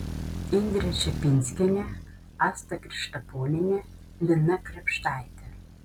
indrė čepinskienė asta krištaponienė lina krėpštaitė